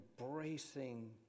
embracing